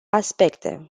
aspecte